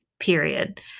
period